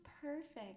perfect